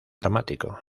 dramático